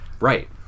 Right